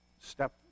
step